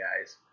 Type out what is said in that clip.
guys